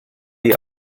die